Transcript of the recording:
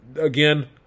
again